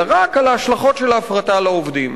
אלא רק על ההשלכות של ההפרטה על העובדים.